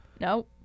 No